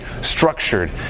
structured